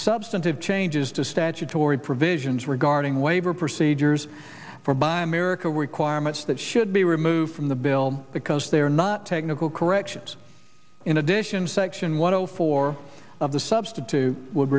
substantive changes to statutory provisions regarding waiver procedures for buy america requirements that should be removed from the bill because they are not technical corrections in addition section one hundred four of the substitute would